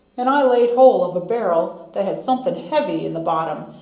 and i laid hold of a bar'l that had something heavy in the bottom,